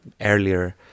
earlier